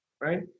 right